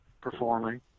performing